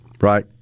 right